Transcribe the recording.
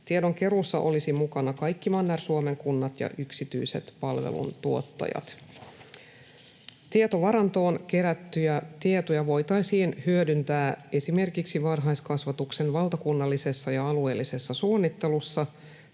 Tiedonkeruussa olisi mukana kaikki Manner-Suomen kunnat ja yksityiset palveluntuottajat. Tietovarantoon kerättyjä tietoja voitaisiin hyödyntää esimerkiksi varhaiskasvatuksen valtakunnallisessa ja alueellisessa suunnittelussa,